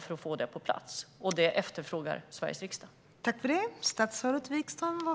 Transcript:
För att få detta på plats krävs ett ledarskap, vilket Sveriges riksdag efterfrågar.